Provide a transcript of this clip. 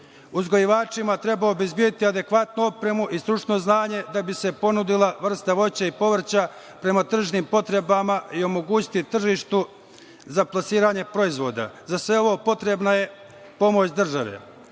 Uzgajivačima treba obezbediti adekvatnu opremu i stručno znanje da bi se ponudila vrsta voća i povrća prema tržnim potrebama i omogućiti tržištu za plasiranje proizvoda. Za sve ovo potrebna je pomoć